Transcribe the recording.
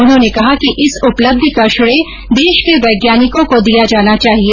उन्होंने कहा कि इस उपलब्धि का श्रेय देश के वैज्ञानिकों को दिया जाना चाहिए